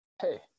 hey